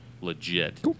Legit